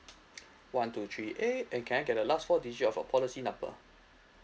one two three eight and can I get the last four digit of a policy number